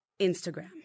Instagram